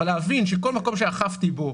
אבל צריך להבין שבכל מקום בו אכפתי בו,